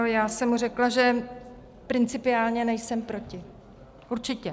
Já jsem mu řekla, že principiálně nejsem proti, určitě.